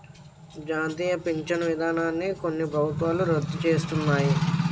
జాతీయ పించను విధానాన్ని కొన్ని ప్రభుత్వాలు రద్దు సేస్తన్నాయి